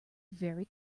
very